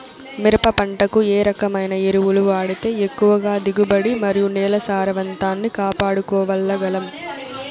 మిరప పంట కు ఏ రకమైన ఎరువులు వాడితే ఎక్కువగా దిగుబడి మరియు నేల సారవంతాన్ని కాపాడుకోవాల్ల గలం?